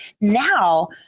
now